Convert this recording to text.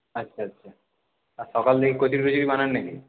আচ্ছা আচ্ছা আর সকাল দিকে কচুরি ফচুরি বানান নাকি